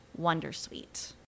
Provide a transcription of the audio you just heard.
Wondersuite